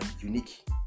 unique